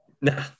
No